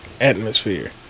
atmosphere